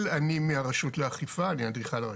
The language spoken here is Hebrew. מהרשות לאכיפה, אני אדריכל הרשות.